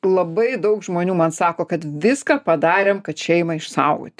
labai daug žmonių man sako kad viską padarėm kad šeimą išsaugoti